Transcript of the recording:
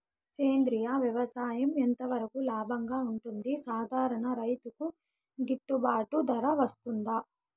సేంద్రియ వ్యవసాయం ఎంత వరకు లాభంగా ఉంటుంది, సాధారణ రైతుకు గిట్టుబాటు ధర వస్తుందా?